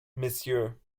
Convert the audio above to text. monsieur